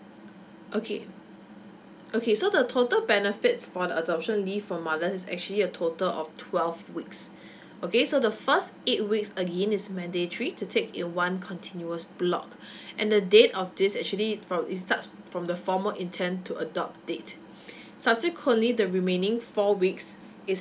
okay okay so the total benefits for the adoption leave for mother is actually a total of twelve weeks okay so the first eight weeks again is mandatory to take in one continuous block and the date of this actually it starts from the formal intent to adopt date subsequently the remaining four weeks it's